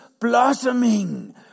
blossoming